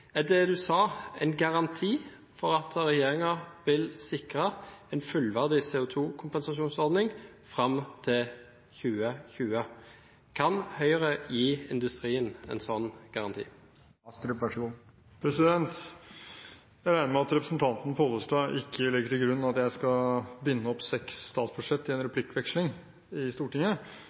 Er det representanten sa en garanti for at regjeringen vil sikre en fullverdig CO2-kompensasjonsordning fram til 2020? Kan Høyre gi industrien en sånn garanti? Jeg regner med at representanten Pollestad ikke legger til grunn at jeg skal binde opp seks statsbudsjett i en replikkveksling i Stortinget,